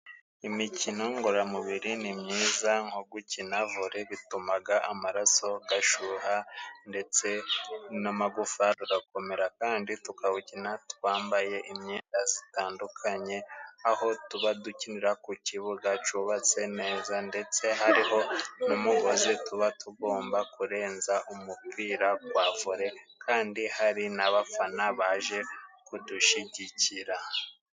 Imikino ngororamubiri ni myiza, nko gukina vole bitumaga amaraso gashuha ndetse n'amagufa gagakomera, kandi tukawukina twambaye imyenda zitandukanye, aho tuba dukinira ku kibuga cubatse neza, ndetse hariho n'umugozi tuba tugomba kurenza umupira gwa vole, kandi hari n'abafana baje kudushyigikira.